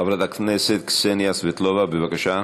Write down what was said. חברת הכנסת קסניה סבטלובה, בבקשה.